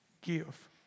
give